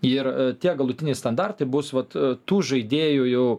ir tie galutiniai standartai bus vat tų žaidėjų jau